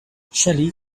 shelly